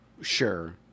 Sure